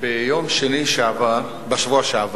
ביום שני בשבוע שעבר